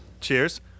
Cheers